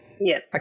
Yes